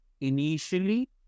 initially